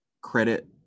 credit